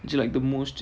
just like the most one